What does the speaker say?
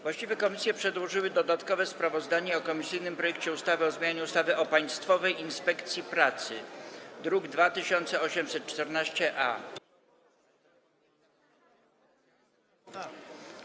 Właściwe komisje przedłożyły dodatkowe sprawozdanie o komisyjnym projekcie ustawy o zmianie ustawy o Państwowej Inspekcji Pracy, druk nr 2814-A.